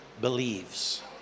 believes